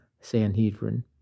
Sanhedrin